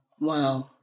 wow